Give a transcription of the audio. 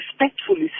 respectfully